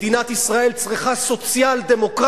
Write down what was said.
מדינת ישראל צריכה סוציאל-דמוקרטיה,